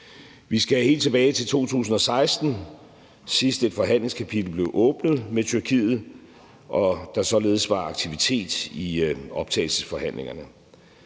Vi skal helt tilbage til 2016, sidst et forhandlingskapitel blev åbnet med Tyrkiet og der således var aktivitet i optagelsesforhandlingerne.